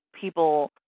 people